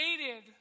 created